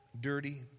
dirty